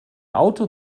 auto